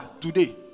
today